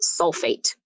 sulfate